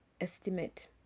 estimate